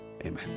Amen